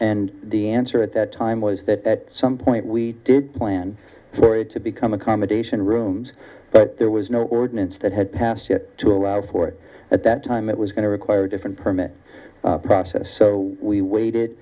and the answer at that time was that at some point we did plan for it to become accommodation rooms but there was no ordinance that had passed to allow for it at that time it was going to require different permit process so we